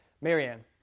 Marianne